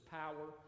power